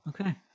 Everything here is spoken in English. okay